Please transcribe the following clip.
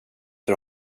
för